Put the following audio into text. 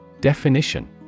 Definition